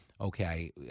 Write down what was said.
Okay